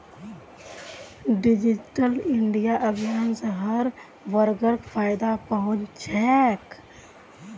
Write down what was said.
digital India अभियान स हर वर्गक फायदा पहुं च छेक